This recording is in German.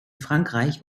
frankreich